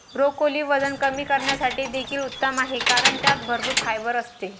broccoli वजन कमी करण्यासाठी देखील उत्तम आहे कारण त्यात भरपूर फायबर असते